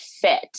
fit